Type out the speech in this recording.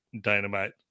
dynamite